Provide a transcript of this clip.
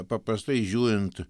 paprastai žiūrint